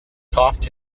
coughed